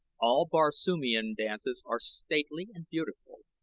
all barsoomian dances are stately and beautiful,